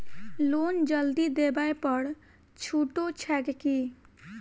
Loan जल्दी देबै पर छुटो छैक की?